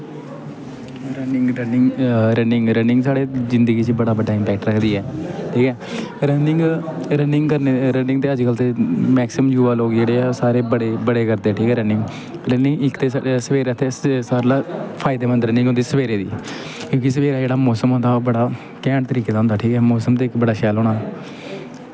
running running running running साढ़ी जिन्दगी च बड़ा बड्डा इंपैक्ट रखदी ऐ ठीक ऐ रनिंग रनिंग करने रनिंग ते अज्ज कल मैकसिमम युवा लोग जेह्ड़े ऐ सारे बड़े बड़े करदे रनिंग इक ते सवेरै ते सारें कोला फायदेमंंद रनिंग होंदी सवेरे दी क्योंकि सवेरै जेह्ड़ा मोसम होंदा ओह् बड़ा कैंट तरीके दा होंदा ठीक ऐ मोसम ते इक बड़ा शैल होना